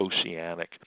oceanic